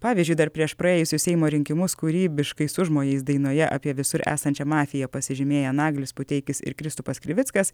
pavyzdžiui dar prieš praėjusius seimo rinkimus kūrybiškais užmojais dainoje apie visur esančią mafiją pasižymėję naglis puteikis ir kristupas krivickas